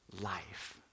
life